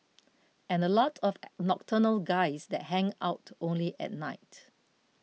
and a lot of nocturnal guys that hang out only at night